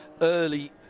early